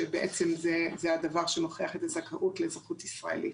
שבעצם זה הדבר שמוכיח את הזכאות לאזרחות ישראלית.